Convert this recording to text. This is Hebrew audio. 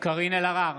קארין אלהרר,